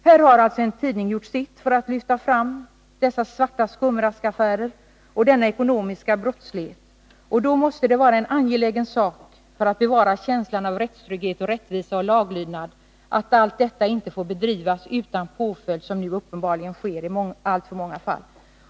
Här har alltså en tidning gjort sitt för att lyfta fram dessa svarta skumraskaffärer och denna ekonomiska brottslighet, och då måste det vara en angelägen sak, för att bevara känslan för rättstrygghet, rättvisa och laglydnad, att se till att allt detta inte får bedrivas utan påföljd, vilket nu uppenbarligen sker i alltför många fall.